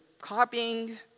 copying